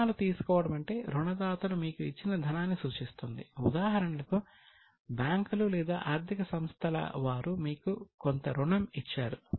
రుణాలు తీసుకోవడం అంటే రుణదాతలు మీకు ఇచ్చిన ధనాన్ని సూచిస్తుంది ఉదాహరణకు బ్యాంకులు లేదా ఆర్థిక సంస్థల వారు మీకు కొంత రుణం ఇచ్చారు